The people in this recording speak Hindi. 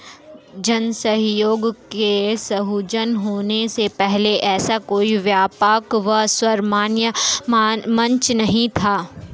जन सहयोग के सृजन होने के पहले ऐसा कोई व्यापक व सर्वमान्य मंच नहीं था